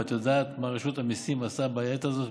ואת יודעת מה רשות המיסים עושה בעת הזאת,